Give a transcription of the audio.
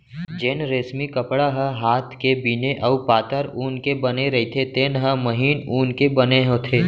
जेन रेसमी कपड़ा ह हात के बिने अउ पातर ऊन के बने रइथे तेन हर महीन ऊन के बने होथे